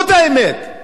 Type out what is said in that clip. תעזוב אותך מהשר.